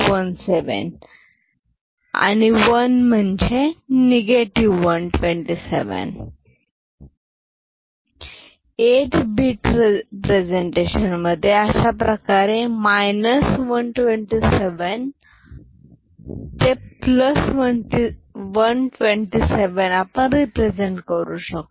1 म्हणजे 127 8 bit representation मधे 127 ते 127 रिप्रेझेंट करू शकतो